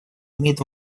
имеет